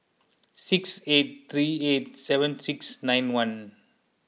six eight three eight seven six nine one